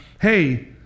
hey